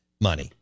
money